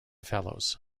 fellows